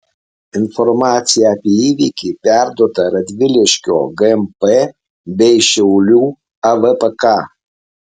informacija apie įvykį perduota radviliškio gmp bei šiaulių avpk